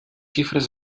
xifres